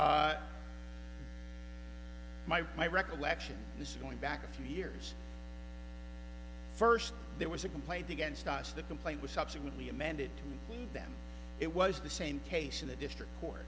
my recollection is going back a few years first there was a complaint against us the complaint was subsequently amended to them it was the same case in the district